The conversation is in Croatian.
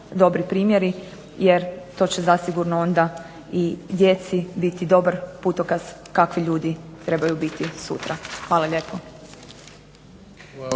dobri primjeri, jer to će zasigurno onda i djeci biti dobar putokaz kakvi ljudi trebaju biti sutra. Hvala lijepo.